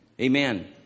Amen